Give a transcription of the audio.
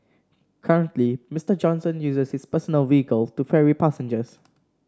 currently Mister Johnson uses his personal vehicle to ferry passengers